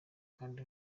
kandi